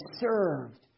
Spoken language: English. served